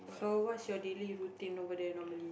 so what is your daily routine there normally